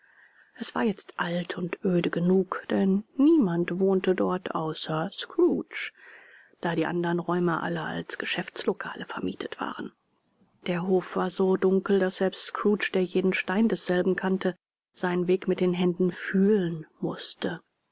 es war jetzt alt und öde genug denn niemand wohnte dort außer scrooge da die andern räume alle als geschäftslokale vermietet waren der hof war so dunkel daß selbst scrooge der jeden stein desselben kannte seinen weg mit den händen fühlen mußte